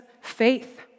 faith